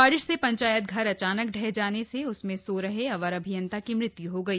बारिश से पंचायत घर अचानक ढह जाने से उसमें सो रहे अवर अभियंता की मृत्य् हो गई